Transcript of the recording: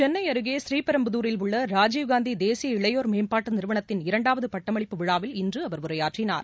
சென்ளை அருகே புரீபெரும்புதூரில் உள்ள ராஜீவ்காந்தி தேசிய இளையோர் மேம்பாட்டு நிறுவனத்தின் இரண்டாவது பட்டமளிப்பு விழாவில் இன்று அவர் உரையாற்றினார்